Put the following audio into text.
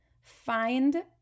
Find